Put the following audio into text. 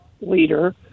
leader